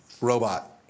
robot